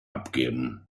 abgeben